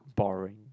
boring